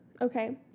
okay